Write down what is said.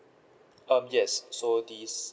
um yes so this